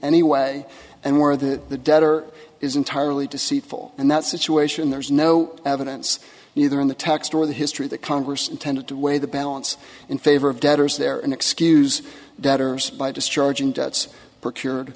any way and where the the debtor is entirely deceitful and that situation there's no evidence either in the text or the history that congress intended to waive the balance in favor of debtors there in excuse debtors by discharging debts procured